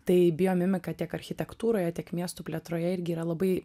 tai biomimika tiek architektūroje tiek miestų plėtroje irgi yra labai